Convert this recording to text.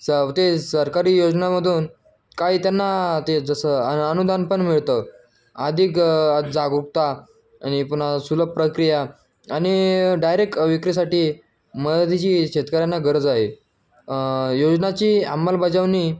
स ते सरकारी योजनामधून काही त्यांना ते जसं अ अनुदान पण मिळतं अधिक जागरुकता आणि पुन्हा सुलभ प्रक्रिया आणि डायरेक्ट विक्रीेसाठी मदतीची शेतकऱ्यांना गरज आहे योजनाची अंमलबजावणी